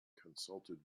consulted